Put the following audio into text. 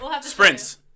sprints